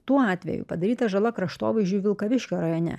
tuo atveju padaryta žala kraštovaizdžiui vilkaviškio rajone